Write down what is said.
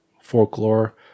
Folklore